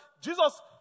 Jesus